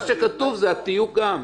מה שכתוב זה התיוג גם.